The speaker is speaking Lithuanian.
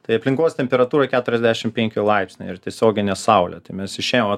tai aplinkos temperatūra keturiasdešim penki laipsniai ir tiesioginė saulė tai mes išėjom va